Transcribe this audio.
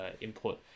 input